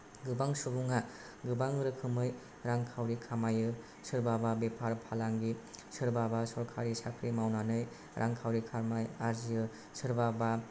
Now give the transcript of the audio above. गोबां सुबुंआ गोबां रोखोमै रांखावरि खामायो सोरबाबा बेफार फालांगि सोरबाबा सरखारि साख्रि मावनानै रांखावरि खामाय आर्जियो सोरबा बा